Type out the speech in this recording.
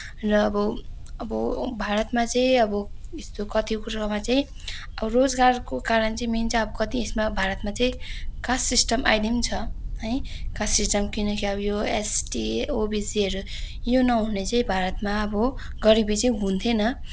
र अब अब भारतमा चाहिँ अब यस्तो कति कुरोमा चाहिँ रोजगारको कारण चाहिँ मेन चाहिँ कति यसमा भारतमा चाहिँ कास्ट सिस्टम अहिले पनि छ है कास्ट सिस्टम किनकि अब यो एसटी ओबिसीहरू यो नहुने चाहिँ भारतमा अब गरिबी चाहिँ हुने थिएन